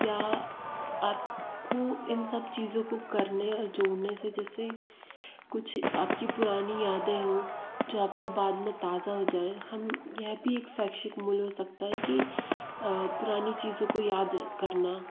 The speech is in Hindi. या आपको इन सब चीज़ों को करने औ जोड़ने से जैसे कुछ आपकी पुरानी यादें हो जो आपको बाद में ताजा हो जाए हम यह भी एक शैक्षिक मूल्य हो सकता है कि पुरानी चीज़ों को याद करना